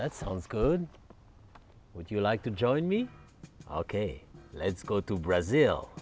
that sounds good would you like to join me ok let's go to brazil